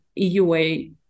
eua